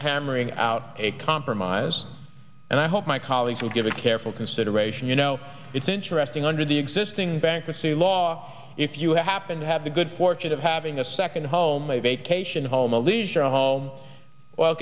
hammering out a compromise and i hope my colleagues will give a careful consideration you know it's interesting under the existing bankruptcy law if you happen to have the good fortune of having a second home a vacation home a leisure home well